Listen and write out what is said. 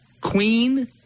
Queen